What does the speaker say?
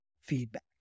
feedback